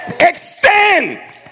extend